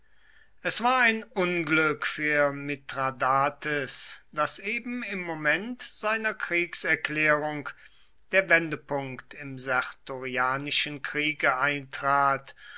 es war ein unglück für mithradates daß eben im moment seiner kriegserklärung der wendepunkt im sertorianischen kriege eintrat